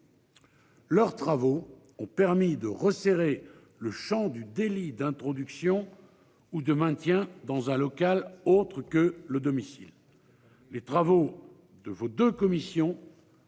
Leurs travaux ont permis de resserrer le Champ du délit d'introduction ou de maintien dans un local autre que le domicile. Les travaux de vos de commission.